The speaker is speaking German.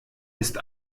ist